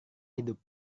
hidup